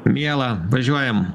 miela važiuojam